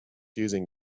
using